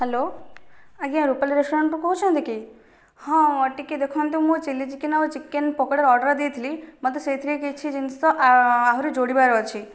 hello ଆଜ୍ଞା ରୁପାଲୀ ରେଷ୍ଟରାଣ୍ଟରୁ କହୁଛନ୍ତି କି ହଁ ଟିକେ ଦେଖନ୍ତୁ ମୁଁ ଚିଲି ଚିକେନ୍ ଆଉ ଚିକେନ୍ ପକୋଡ଼ାର ଅର୍ଡ଼ର ଦେଇଥିଲି ମୋତେ ସେଥିରେ କିଛି ଜିନିଷ ଆହୁରି ଯୋଡ଼ିବାର ଅଛି